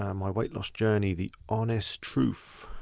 um my weight loss journey. the honest truth.